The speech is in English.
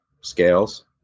scales